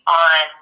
on